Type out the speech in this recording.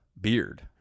beard